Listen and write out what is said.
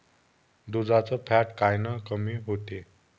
दुधाचं फॅट कायनं कमी होते?